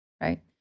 right